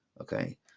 Okay